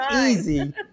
easy